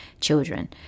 children